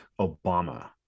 obama